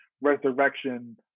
resurrection